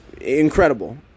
Incredible